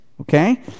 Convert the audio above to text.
Okay